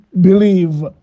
believe